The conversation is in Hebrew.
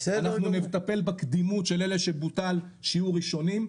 אנחנו נטפל בקדימות של אלה שבוטל שיהיו ראשונים,